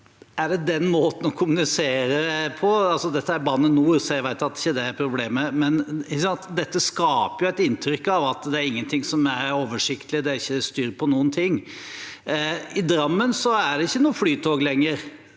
Er det den måten en kommuniserer på? Dette er Bane NOR, så jeg vet at det ikke er det som er problemet, men dette skaper et inntrykk av at ingenting er oversiktlig, det er ikke styr på noen ting. I Drammen er det ikke noe flytog lenger.